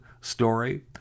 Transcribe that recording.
story